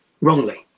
wrongly